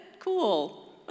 cool